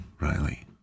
Riley